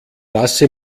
lasse